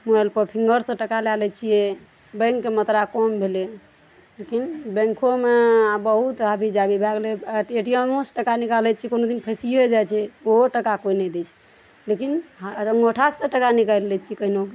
mobile पर finger सऽ टका लै लय छियै बैंकके मात्रा कम भेलै लेकिन बैंकोमे आब बहुत आबी जाभी भए गेलै ए टी एम मो सऽ टका निकालै छियै कोनो दिन फँसियो जाइ छै ओहो टका कोइ नहि दै छै लेकिन हँ अगर अँगूठा सऽ तऽ टका निकालि लै छियै कहिनोके